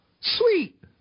Sweet